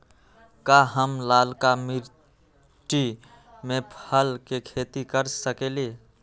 का हम लालका मिट्टी में फल के खेती कर सकेली?